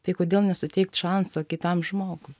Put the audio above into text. tai kodėl nesuteikt šanso kitam žmogui